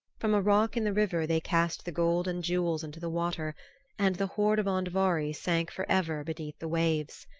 from a rock in the river they cast the gold and jewels into the water and the hoard of andvari sank for ever beneath the waves.